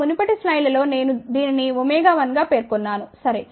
మా మునుపటి స్లైడ్లలో నేను దీనిని 1 గా పేర్కొన్నాను సరే